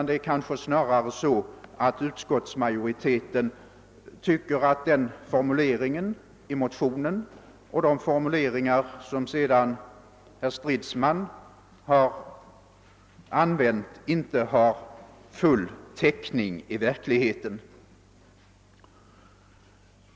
Det är kanske snarare så, att utskottsmajoriteten tycker att den formuleringen i motionen och de formuleringar, som herr Stridsman använt, inte har full täckning i verkligheten.